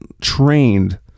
trained